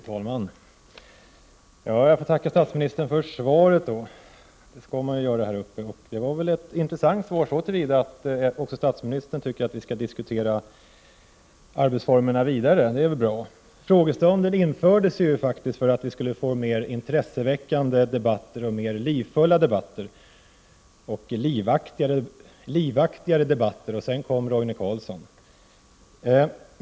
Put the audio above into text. Fru talman! Jag får tacka statsministern för svaret. Det skall man ju göra. Det var ett intressant svar så till vida att också statsministern tycker att vi skall diskutera vidare om arbetsformerna. Det är bra. Frågestunden infördes för att vi skulle få mer intresseväckande, livfulla och livaktiga debatter. Sedan kom Roine Carlsson.